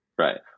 Right